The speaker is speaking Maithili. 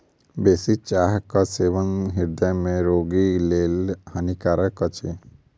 बेसी चाहक सेवन हृदय रोगीक लेल हानिकारक अछि